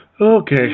Okay